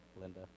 Linda